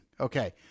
Okay